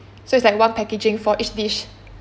so it's like one packaging for each dish